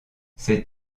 ces